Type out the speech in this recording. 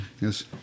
Yes